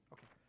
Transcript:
Okay